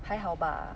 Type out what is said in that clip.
还好吧